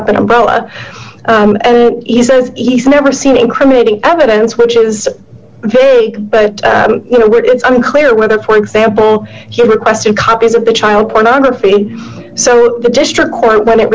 up an umbrella he says he's never seen incriminating evidence which is vague but you know what it's unclear whether for example he requested copies of the child pornography so the district court when it